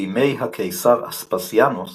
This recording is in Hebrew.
בימי הקיסר אספסיאנוס